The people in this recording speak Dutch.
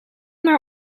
maar